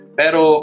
pero